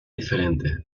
diferente